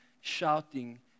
shouting